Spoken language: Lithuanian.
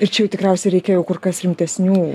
ir čia tikriausiai reikia jau kur kas rimtesnių